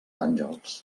àngels